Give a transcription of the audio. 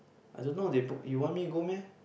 I don't know they book you want me go meh